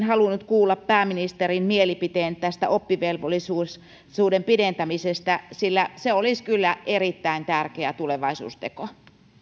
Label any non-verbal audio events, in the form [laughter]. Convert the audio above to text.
[unintelligible] halunnut kuulla pääministerin mielipiteen tästä oppivelvollisuuden pidentämisestä sillä se olisi kyllä erittäin tärkeä tulevaisuusteko